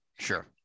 Sure